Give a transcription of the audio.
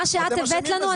מה שאת הבאת לנו,